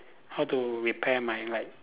how to repair my light